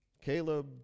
Caleb